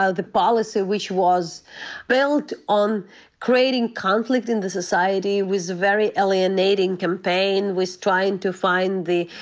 ah the policy which was built on creating conflict in the society, was very alienating campaign, was trying to find the,